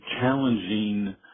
challenging